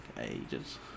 ages